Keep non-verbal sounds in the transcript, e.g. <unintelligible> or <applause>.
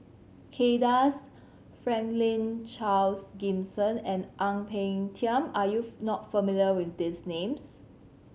Kay Das Franklin Charles Gimson and Ang Peng Tiam are you <unintelligible> not familiar with these names